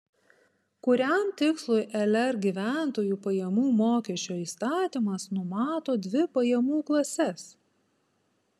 kuriam tikslui lr gyventojų pajamų mokesčio įstatymas numato dvi pajamų klases